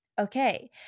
Okay